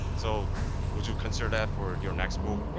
so would you consider that for your next book,